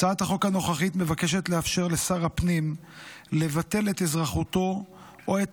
הצעת החוק הנוכחית מבקשת לאפשר לשר הפנים לבטל את אזרחותו או את